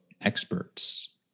experts